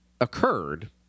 occurred